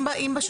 אם,